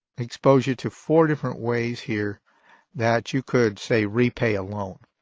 expose you to four different ways here that you could, say, repay a loan.